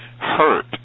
hurt